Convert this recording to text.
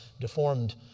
deformed